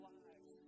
lives